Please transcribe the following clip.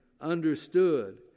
understood